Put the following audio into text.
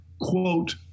quote